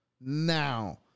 now